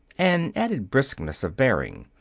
an added briskness of bearing,